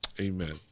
Amen